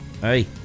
hey